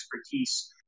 expertise